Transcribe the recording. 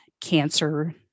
cancer